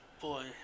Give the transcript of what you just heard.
Boy